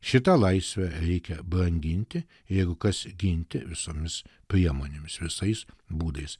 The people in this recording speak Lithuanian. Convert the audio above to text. šitą laisvę reikia branginti jeigu kas ginti visomis priemonėmis visais būdais